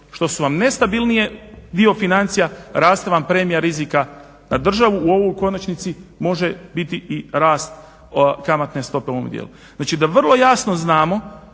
što su vam nestabilnije dio financija raste vam premija rizika na državu. Ovo u konačnici može biti i rast kamatne stope u ovome dijelu. Znači da vrlo jasno znamo